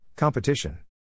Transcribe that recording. Competition